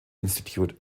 institute